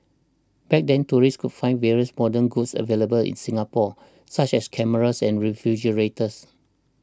back then tourists could find various modern goods available in Singapore such as cameras and refrigerators